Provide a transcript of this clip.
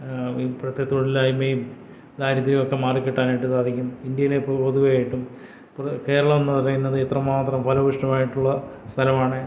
ഇപ്പോഴത്തെ തൊഴിലില്ലായ്മയും ദാരിദ്രവുമൊക്കെ മാറിക്കിട്ടാനായിട്ട് സാധിക്കും ഇന്ത്യയിലെ പൊതുവെയായിട്ടും കേരളമെന്നു പറയുന്നത് എത്രമാത്രം ഫലഭുയിഷ്ടമായിട്ടുള്ള സ്ഥലമാണേ